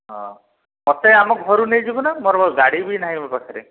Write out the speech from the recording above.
ହଁ ମୋତେ ଆମ ଘରୁ ନେଇଯିବୁ ନା ମୋର ଗାଡ଼ି ବି ନାହିଁ ମୋ ପାଖରେ